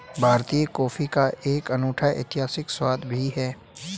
भारतीय कॉफी का एक अनूठा ऐतिहासिक स्वाद भी है